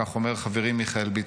כך אומר חברי מיכאל ביטון.